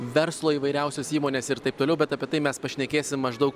verslo įvairiausios įmonės ir taip toliau bet apie tai mes pašnekėsim maždaug